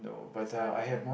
that's not the time